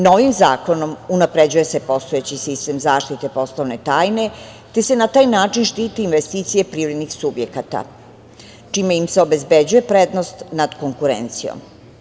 Novim zakonom unapređuje se postojeći sistem zaštite poslovne tajne, te se na taj način štite investicije privrednih subjekata, čime im se obezbeđuje prednost nad konkurencijom.